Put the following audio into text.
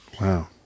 Wow